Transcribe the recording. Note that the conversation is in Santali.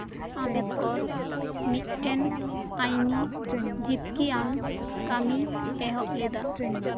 ᱟᱢᱵᱮᱫᱠᱚᱨ ᱢᱤᱫᱴᱮᱱ ᱟᱭᱱᱤ ᱡᱤᱵᱠᱤ ᱟᱱ ᱠᱟᱹᱢᱤᱭ ᱮᱦᱚᱵ ᱞᱮᱫᱟ